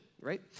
right